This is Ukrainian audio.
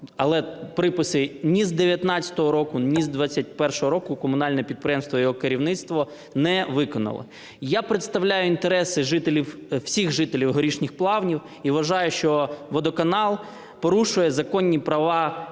але приписи ні з 19-го року, ні з 21-го року комунальне підприємство і його керівництво не виконали. Я представляю інтереси жителів, всіх жителів Горішніх Плавнів, і вважаю, що водоканал порушує законні права